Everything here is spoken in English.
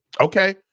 Okay